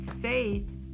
faith